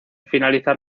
finalizar